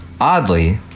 Oddly